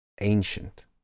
ancient